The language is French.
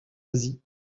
asie